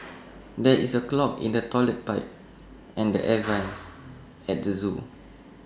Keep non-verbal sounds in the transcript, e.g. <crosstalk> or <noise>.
<noise> there is A clog in the Toilet Pipe and the air <noise> vents at the Zoo